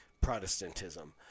Protestantism